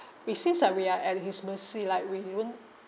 we seems like we are at his mercy like we won't